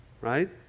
right